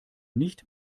nicht